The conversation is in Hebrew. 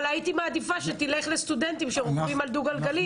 אבל הייתי מעדיפה שתלך לסטודנטים שרוכבים על דו גלגלי,